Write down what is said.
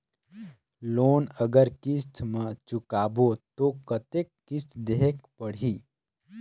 Loan अगर किस्त म चुकाबो तो कतेक किस्त देहेक पढ़ही?